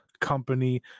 company